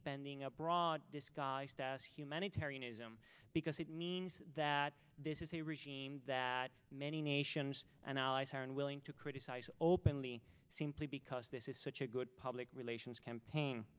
spending abroad disguised as humanitarianism because it means that this is a regime that many nations and allies are unwilling to criticise openly simply because this is such a good public relations campaign